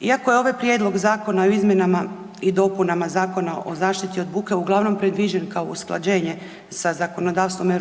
Iako je ovaj Prijedlog Zakona i izmjenama i dopunama Zakona o zaštiti o buke uglavnom predviđen kao usklađenje sa zakonodavstvom EU